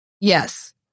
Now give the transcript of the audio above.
yes